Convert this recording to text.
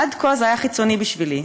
עד כה זה היה חיצוני בשבילי,